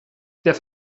der